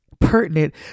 pertinent